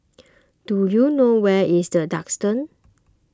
do you know where is the Duxton